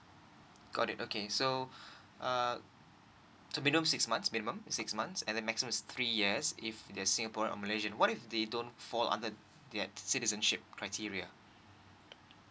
got it okay so uh to below six months minimum six months and the maximum is three years if they are singaporean or malaysian what if they don't fall under that citizenship criteria